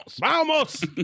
Vamos